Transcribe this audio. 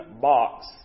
box